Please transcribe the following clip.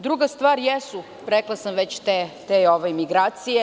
Druga stvar jesu, rekla sam, te migracije.